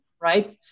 right